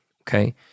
okay